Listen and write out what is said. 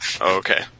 Okay